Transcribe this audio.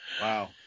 Wow